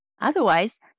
Otherwise